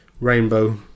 Rainbow